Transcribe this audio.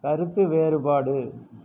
கருத்து வேறுபாடு